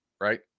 right